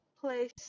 place